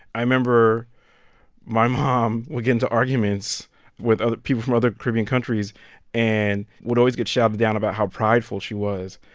i remember my mom would get into arguments with people from other caribbean countries and would always get shouted down about how prideful she was.